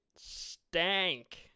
stank